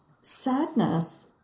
sadness